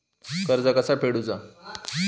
कर्ज कसा फेडुचा?